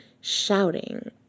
shouting